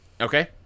Okay